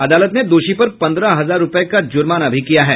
अदालत ने दोषी पर पन्द्रह हजार रुपये का जुर्माना भी किया है